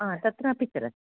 हा तत्रापि चलति